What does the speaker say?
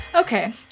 Okay